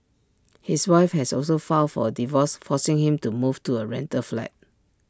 his wife has also filed for A divorce forcing him to move to A rental flat